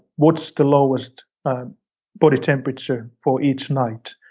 what's the lowest body temperature for each night.